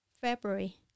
February